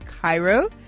Cairo